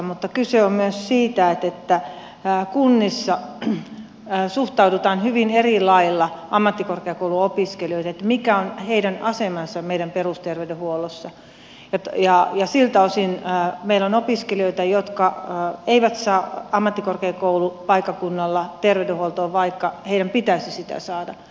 mutta kyse on myös siitä että kunnissa suhtaudutaan hyvin eri lailla ammattikorkeakouluopiskelijoihin mikä on heidän asemansa meidän perusterveydenhuollossa ja siltä osin meillä on opiskelijoita jotka eivät saa ammattikorkeakoulupaikkakunnalla terveydenhuoltoa vaikka heidän pitäisi sitä saada